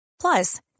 Plus